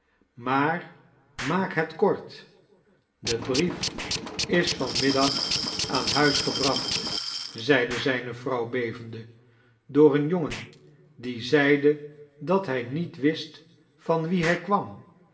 maar maak het kort de brief is van middag aan huis gebracht zeide zijne vrouw bevende door een jongen die zeide dat hij niet wist van wien hij kwam